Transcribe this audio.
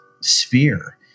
sphere